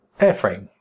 airframe